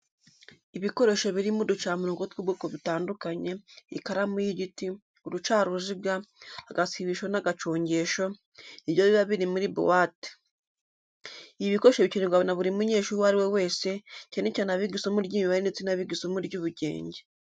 Ibikoresho birimo uducamurongo tw'ubwoko butandukanye, ikaramu y'igiti, uducaruziga, agasibisho n'agacongesho, ni byo biba biri muri buwate. Ibi bikoresho bikenerwa na buri munyeshuri uwo ari we wese, cyane cyane abiga isomo ry'imibare ndetse n'abiga isomo ry'ubugenge.